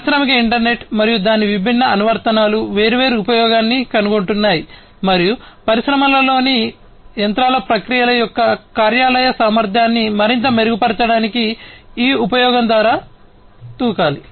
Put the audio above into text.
పారిశ్రామిక ఇంటర్నెట్ మరియు దాని విభిన్న అనువర్తనాలు వేర్వేరు ఉపయోగాన్ని కనుగొంటున్నాయి మరియు పరిశ్రమలలోని యంత్రాల ప్రక్రియల యొక్క కార్యాలయ సామర్థ్యాన్ని మరింత మెరుగుపరచడానికి ఈ ఉపయోగం ద్వారా దూకాలి